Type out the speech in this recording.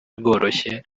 rworoshye